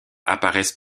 apparaissent